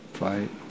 fight